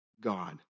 God